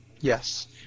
yes